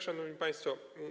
Szanowni Państwo!